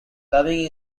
rubbing